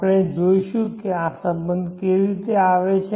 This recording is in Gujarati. આપણે જોઈશું કે આ સંબંધો કેવી રીતે આવે છે